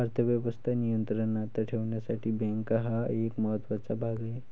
अर्थ व्यवस्था नियंत्रणात ठेवण्यासाठी बँका हा एक महत्त्वाचा भाग आहे